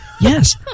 Yes